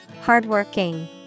Hardworking